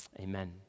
Amen